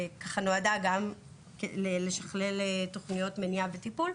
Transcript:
שנועדה כדי לשכלל תכניות מניעה וטיפול,